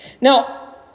Now